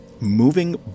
Moving